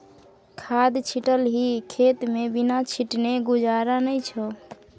खाद छिटलही खेतमे बिना छीटने गुजारा नै छौ